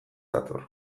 dator